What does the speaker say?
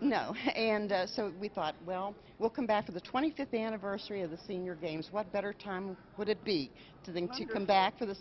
you know and so we thought well welcome back to the twenty fifth anniversary of the senior games what better time would it be to then to come back for the